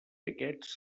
aquests